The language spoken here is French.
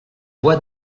bois